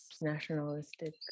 nationalistic